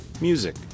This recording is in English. music